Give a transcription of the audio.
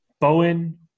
Bowen